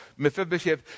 Mephibosheth